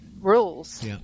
rules